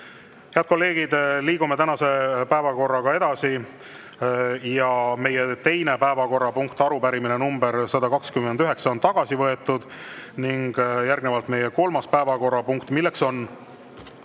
Head kolleegid! Liigume tänase päevakorraga edasi. Meie teine päevakorrapunkt, arupärimine nr 129 on tagasi võetud. Järgnevalt meie kolmas päevakorrapunkt, milleks on